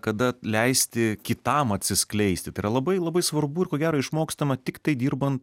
kada leisti kitam atsiskleisti tai yra labai labai svarbu ir ko gero išmokstama tiktai dirbant